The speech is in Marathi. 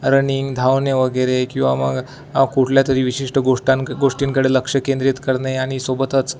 रनिंग धावणे वगैरे किंवा मग कुठल्यातरी विशिष्ट गोष्टां गोष्टींकडे लक्ष केंद्रित करणे आणि सोबतच